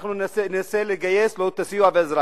אנחנו ננסה לגייס לו את הסיוע והעזרה.